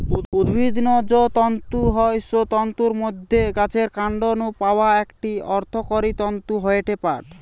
উদ্ভিদ নু যৌ তন্তু হয় সৌ তন্তুর মধ্যে গাছের কান্ড নু পাওয়া একটি অর্থকরী তন্তু হয়ঠে পাট